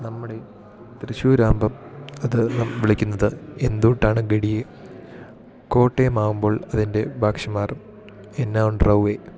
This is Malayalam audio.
നമ്മടെ തൃശ്ശൂരാമ്പം അത് നം വിളിക്കുന്നത് എന്തൊട്ടാണ് ഗടിയെ കോട്ടയമാവുമ്പോൾ അതിൻ്റെ ഭാക്ഷമാറും എന്നാ ഒഡ്ര ഉവ്വേ